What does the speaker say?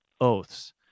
oaths